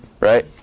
Right